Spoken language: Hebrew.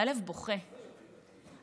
והלב בוכה,